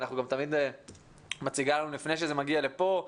והיא תמיד מציגה לנו לפני שזה מגיע לפה,